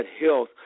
health